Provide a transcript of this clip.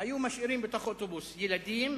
היו משאירים בתוך אוטובוס ילדים,